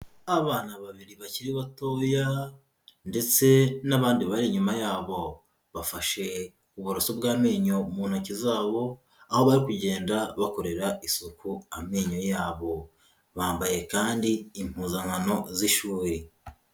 Abana babiri bakiri batoya ndetse n'abandi bari inyuma yabo. Bafashe uburoso bw'amenyo mu ntoki zabo, aho bari kugenda bakorera isuku amenyo yabo. Bambaye kandi impuzankano z'ishuri.